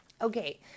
Okay